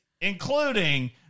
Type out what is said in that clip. including